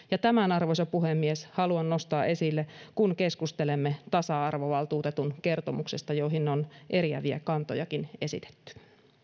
ja tämän arvoisa puhemies haluan nostaa esille kun keskustelemme tasa arvovaltuutetun kertomuksesta johon on eriäviäkin kantoja esitetty